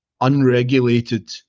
unregulated